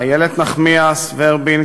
איילת נחמיאס ורבין,